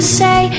say